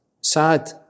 sad